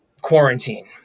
quarantine